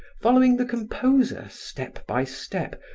following the composer step by step,